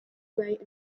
bright